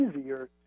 easier